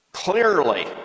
Clearly